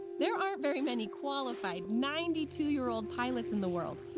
there aren't very many qualified ninety two year old pilots in the world,